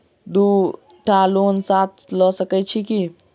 दु टा लोन साथ लऽ सकैत छी की?